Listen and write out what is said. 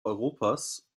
europas